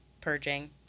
purging